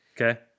Okay